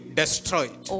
destroyed